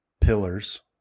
pillars